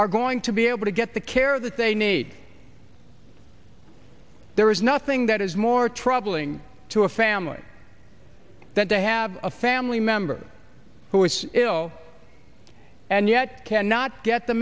are going to be able to get the care that they need there is nothing that is more troubling to a family that they have a family member who is ill and yet cannot get the